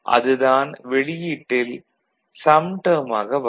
அது தான் வெளியீட்டில் சம் டேர்ம் ஆக வரும்